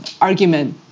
argument